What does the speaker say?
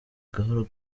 gahoro